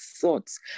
thoughts